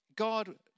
God